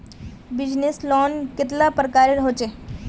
Business loan कतेला प्रकारेर होचे?